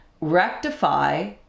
rectify